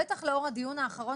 בטח לאור הדיון האחרון